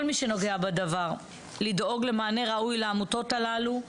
מי שנוגע בדבר לדאוג למענה ראוי לעמותות הללו,